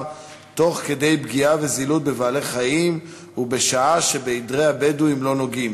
תוך כדי זילות ופגיעה בבעלי-חיים ובשעה שבעדרי הבדואים לא נוגעים,